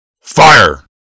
Fire